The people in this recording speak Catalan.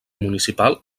municipal